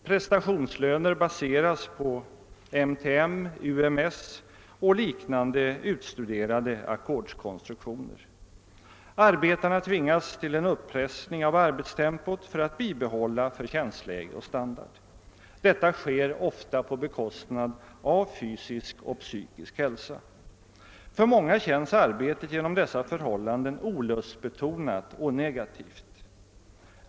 Prestationslöner baseras på MTM, UMS och liknande utstuderade ackordskonstruktioner. Arbetarna tvingas till en upp pressning av arbetstempot för att bibehålla förtjänstläge och standard. Detta sker ofta på bekostnad av fysisk och psykisk hälsa. För många känns arbetet på grund av dessa förhållanden olustbetonat och negativt.